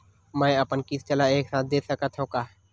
मै अपन किस्त ल एक साथ दे सकत हु का?